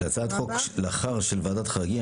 הצבעה לא התקבלה.